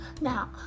Now